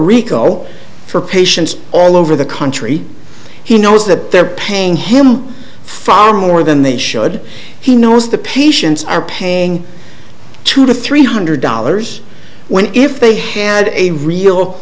rico for patients all over the country he knows that they're paying him far more than they should he knows the patients are paying two to three hundred dollars when if they had a real